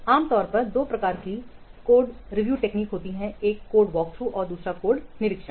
आम तौर पर दो प्रकार की कोड समीक्षा तकनीक होगी एक कोड वॉकथ्रू और दूसरा कोड निरीक्षण